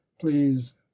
please